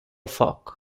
foc